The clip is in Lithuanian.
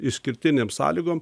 išskirtinėm sąlygom